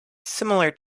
similar